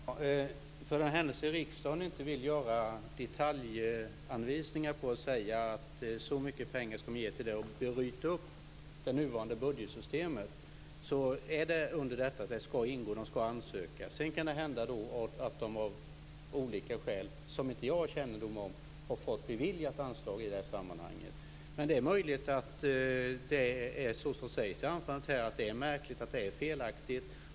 Herr talman! För den händelse riksdagen inte vill göra detaljanvisningar och säga hur mycket pengar man skall ge till verkstäderna, och bryta upp det nuvarande budgetsystemet, är det under detta anslag de skall ingå. De skall ansöka. Sedan kan det hända att de av olika skäl som inte jag har kännedom om inte har fått anslag beviljat i detta sammanhang. Men det är möjligt att det är så som sägs i anförandet, att det är märkligt och att det är felaktigt.